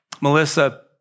Melissa